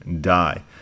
die